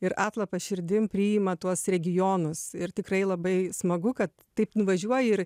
ir atlapa širdim priima tuos regionus ir tikrai labai smagu kad taip nuvažiuoji ir